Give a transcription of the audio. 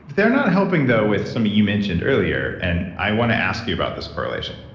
they're not helping, though with something you mentioned earlier, and i want to ask you about this correlation.